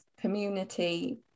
community